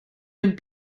den